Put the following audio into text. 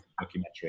documentary